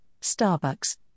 Starbucks